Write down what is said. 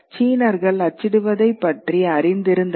சீனர்கள் அச்சிடுவதைப் பற்றி அறிந்திருந்தனர்